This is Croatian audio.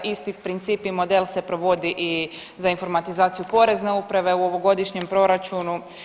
Isti princip i model se provodi i za informatizaciju Porezne uprave u ovogodišnjem proračunu.